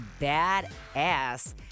badass